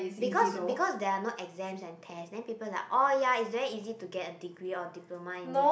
because because there are no exams and tests then people like oh ya it's very easy to get a degree or diploma in it